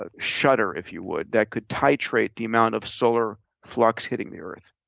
ah shutter, if you would, that could titrate the amount of solar flux hitting the earth.